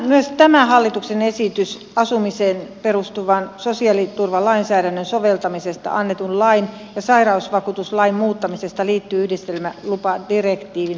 myös tämä hallituksen esitys asumiseen perustuvan sosiaaliturvalainsäädännön soveltamisesta annetun lain ja sairausvakuutuslain muuttamisesta liittyy yhdistelmälupadirektiivin täytäntöönpanoon